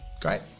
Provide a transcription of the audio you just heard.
Great